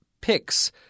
picks